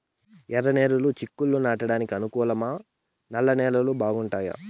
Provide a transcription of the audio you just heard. ఎర్రనేలలు చిక్కుళ్లు నాటడానికి అనుకూలమా నల్ల నేలలు బాగుంటాయా